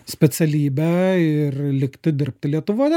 specialybę ir likti dirbti lietuvoje